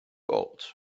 old